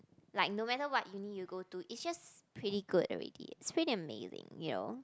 like no matter what uni you go to it's just pretty good already it's pretty amazing you know